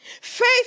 Faith